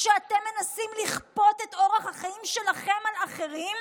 כשאתם מנסים לכפות את אורח החיים שלכם על אחרים,